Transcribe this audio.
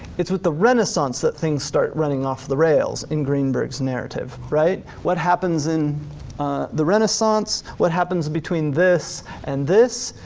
it's with the renaissance that things start running off the rails in greenberg's narrative. what happens in the renaissance? what happens between this and this?